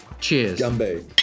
cheers